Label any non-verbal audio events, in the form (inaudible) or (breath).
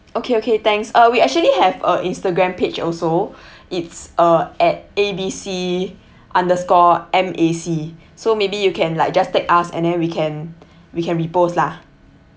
okay okay thanks uh we actually have a instagram page also (breath) it's uh at A B C underscore M A C so maybe you can like just tag us and then we can we can repost lah